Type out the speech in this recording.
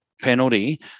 penalty